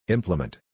Implement